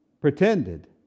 pretended